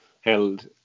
held